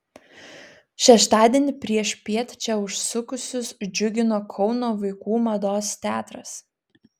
šeštadienį priešpiet čia užsukusius džiugino kauno vaikų mados teatras